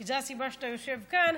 כי זו הסיבה שאתה יושב כאן,